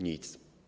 Nic.